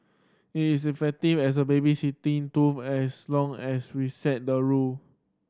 it is effective as a babysitting tool as long as we set the rule